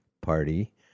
Party